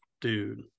dude